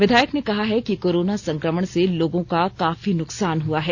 विधायक ने कहा है कि कोरोना संक्रमण से लोगों का काफी नुकसान हुआ है